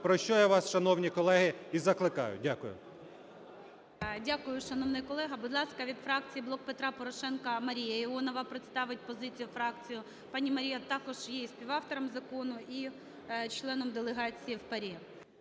про що я вас, шановні колеги, і закликаю. Дякую. ГОЛОВУЮЧИЙ. Дякую, шановний колего. Будь ласка, "Блок Петра Порошенка". Марія Іонова представить позицію фракції. Пані Марія також є співавтором закону і членом делегації в ПАРЄ.